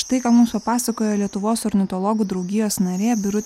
štai ką mums pasakojo lietuvos ornitologų draugijos narė birutė